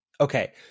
Okay